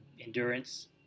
endurance